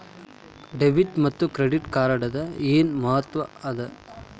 Debit ಮತ್ತ credit ಕಾರ್ಡದ್ ಏನ್ ಮಹತ್ವ ಅದ?